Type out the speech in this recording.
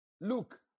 look